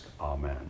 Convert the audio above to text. amen